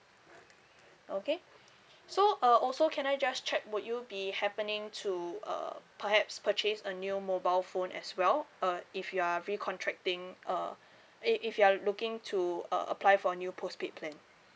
okay so uh also can I just check would you be happening to uh perhaps purchase a new mobile phone as well uh if you are re contracting uh if if you are looking to uh apply for a new postpaid plan